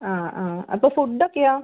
അ അ അപ്പോൾ ഫുഡ് ഒക്കെയോ